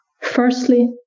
Firstly